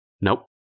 Nope